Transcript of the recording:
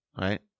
right